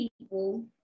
people